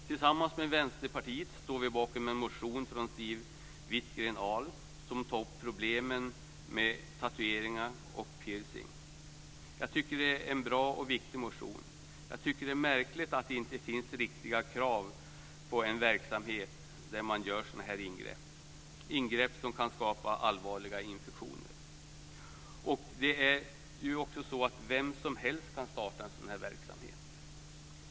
Tillsammans med Vänsterpartiet står vi bakom en motion från Siw Wittgren-Ahl som tar upp problemen med tatueringar och piercing. Jag tycker att det är en bra och viktig motion. Jag tycker att det är märkligt att det inte finns riktiga krav på en verksamhet där man gör sådana här ingrepp som kan skapa allvarliga infektioner. Vem som helst kan starta en sådan verksamhet.